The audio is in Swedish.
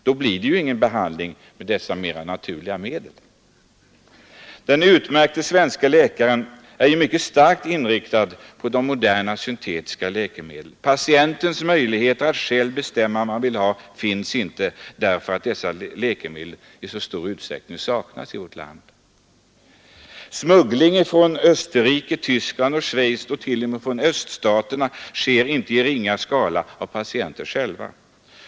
Då blir det ingen behandling med mera naturliga medel. Den utmärkte svenske läkaren är ju mycket starkt inriktad på de moderna syntetiska läkemedlen. Patienten har inga möjligheter att själv bestämma vad han vill ha, eftersom dessa läkemedel i så stor utsträckning saknas i vårt land. Smuggling från Österrike, Tyskland och Schweiz och till och med från öststaterna sker i icke ringa skala av patienterna själva.